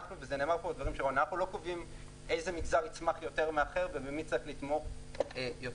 אנחנו לא קובעים איזה מגזר יצמח יותר מאחר ובמי צריך לתמוך יותר,